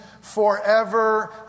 forever